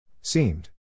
Seemed